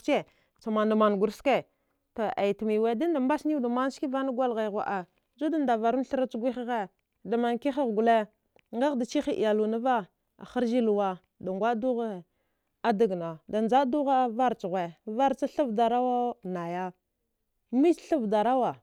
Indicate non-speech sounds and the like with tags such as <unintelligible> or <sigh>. <unintelligible> ski to mada mada kwar ski to aya timi wi tinda mashana kgwal haya, juda ndvuru thra ci igwi ha kiha gwal ada chiha iyelyuwe neva harja luwa, da gwdungha, da ndja duwe vara, vara ci tha vadarawa naya mbici tha vadarawa,